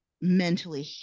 mentally